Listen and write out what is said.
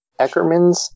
Eckermans